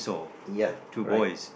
ya correct